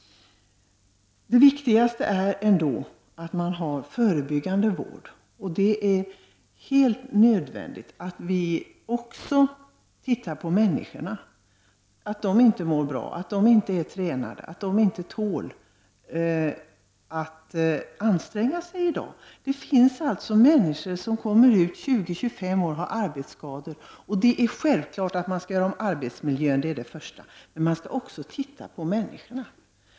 Det viktigaste är ändå förebyggande vård. Det är helt nödvändigt att se på människorna, om de inte mår bra, inte är tränade, inte tål att anstränga sig i dag. Det finns alltså människor som går ut i arbete vid 20-25 års ålder och som har arbetsskador. Det är självklart att den första åtgärden är att göra om arbetsmiljön, men man skall också se på människorna.